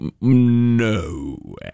no